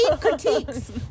critiques